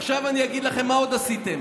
עכשיו אני אגיד לכם מה עוד עשיתם.